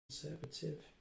conservative